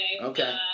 Okay